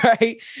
right